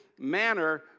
manner